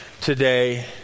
today